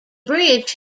bridge